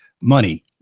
money